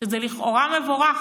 שזה לכאורה מבורך,